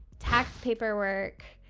tax paperwork,